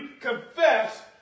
confess